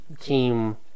team